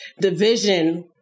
division